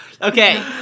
Okay